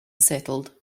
settled